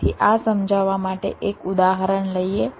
તેથી આ સમજાવવા માટે એક ઉદાહરણ લઈએ